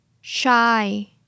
Shy